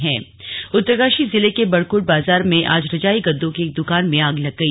slug आग उत्तरकाशी जिले के बड़कोट बाजार में आज रजाई गद्दों की एक दुकान में आग लग गई